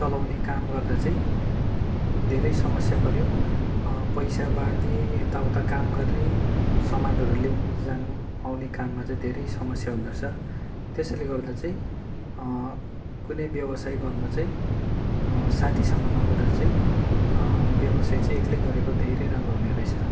चलाउने काम गर्दा चाहिँ धेरै समस्या पऱ्यो पैसा बाड्ने यता उता काम गर्ने समानहरू ल्याउनु जानु आउनेकाममा चाहिँ धेरै समस्या हुँदो रहेछ त्यसैले गर्दा चाहिँ कुनै व्यवसाय गर्नु चाहिँ साथीसँग न गरेर चाहिँ व्यवसाय चाहिँ एक्लै गरेको चाहिँ धेरै राम्रो हुने रहेछ